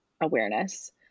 awareness